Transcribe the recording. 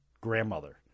grandmother